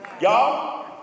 Y'all